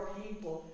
people